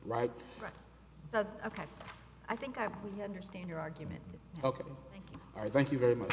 right ok i think i understand your argument ok i thank you very much